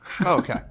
Okay